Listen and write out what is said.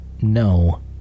No